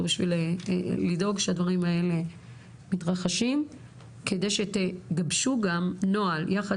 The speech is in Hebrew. ולדאוג שהדברים האלה מתרחשים כדי שתגבשו גם נוהל יחד